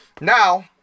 Now